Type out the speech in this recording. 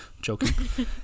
Joking